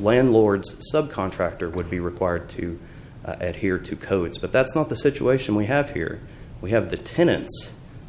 landlords subcontractor would be required to add here to codes but that's not the situation we have here we have the tenant